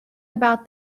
about